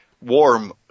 warm